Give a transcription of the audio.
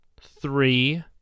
three